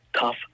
Tough